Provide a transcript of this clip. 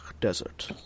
Desert